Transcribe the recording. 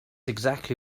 exactly